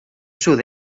sud